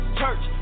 church